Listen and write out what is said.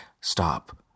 stop